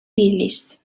list